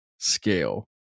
scale